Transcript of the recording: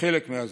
חלק מהזמן.